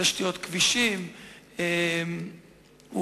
תשתיות כבישים,